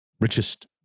richest